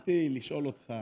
רציתי לשאול אותך,